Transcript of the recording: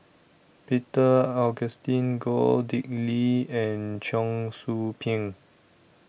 Peter Augustine Goh Dick Lee and Cheong Soo Pieng